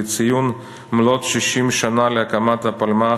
לציון מלאות 60 שנה להקמת הפלמ"ח,